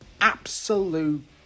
absolute